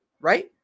right